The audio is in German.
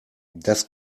das